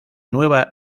nueva